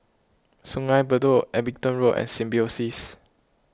Sungei Bedok Abingdon Road and Symbiosis